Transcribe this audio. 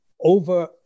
Over